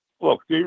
look